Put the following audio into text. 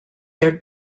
their